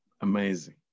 Amazing